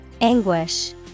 Anguish